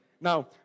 Now